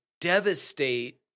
devastate